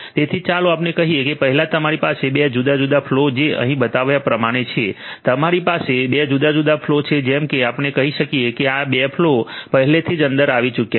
તેથી ચાલો આપણે કહીએ કે પહેલા તમારી પાસે 2 જુદા જુદા ફલૉ જે અહીં બતાવ્યા પ્રમાણે છે તમારી પાસે 2 જુદા જુદા ફલૉ છે જેમ કે આપણે કહી શકીએ કે આ 2 ફલૉ પહેલાથી જ અંદર આવી ચુક્યા છે